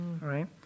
Right